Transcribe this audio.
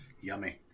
yummy